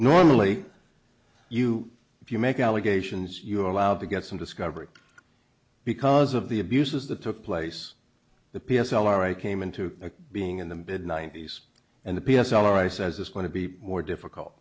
normally you if you make allegations you are allowed to get some discovery because of the abuses that took place the p s l or i came into being in the mid ninety's and the p s r i says is going to be more difficult